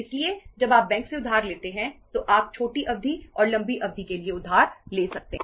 इसलिए जब आप बैंक से उधार लेते हैं तो आप छोटी अवधि और लंबी अवधि के लिए उधार ले सकते हैं